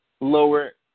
lower